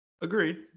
Agreed